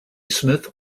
smith